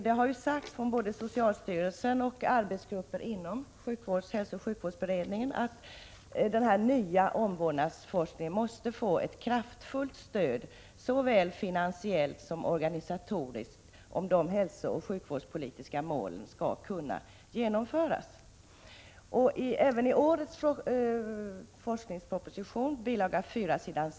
Det har sagts från både socialstyrelsen och arbetsgrupper inom hälsooch sjukvårdsberedningen att den nya omvårdnadsforskningen måste få ett kraftfullt stöd såväl finansiellt som organisatoriskt, om de hälsooch sjukvårdspolitiska målen skall kunna uppnås. Ävenii årets forskningsproposition, bil. 4s.